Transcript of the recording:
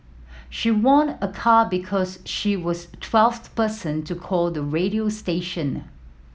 she won a car because she was twelfth person to call the radio station